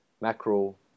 mackerel